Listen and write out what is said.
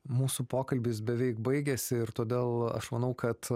mūsų pokalbis beveik baigėsi ir todėl aš manau kad